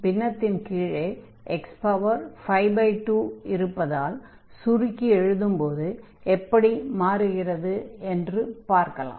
பின்னத்தின் கீழே x52 இருப்பதால் சுருக்கி எழுதும்போது எப்படி மாறுகிறது என்று பார்க்கலாம்